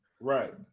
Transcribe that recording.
Right